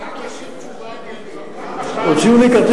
שר משיב תשובה עניינית, פעם